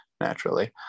naturally